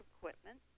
equipment